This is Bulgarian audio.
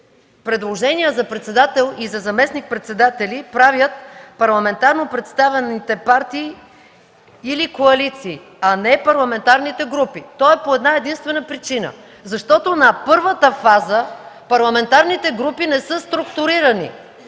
„предложения за председател и за заместник-председатели правят парламентарно представената партии или коалиции”, а не парламентарните групи. То е по една-единствена причина. На първата фаза парламентарните групи не са структурирани,